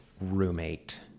roommate